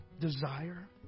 desire